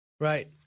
Right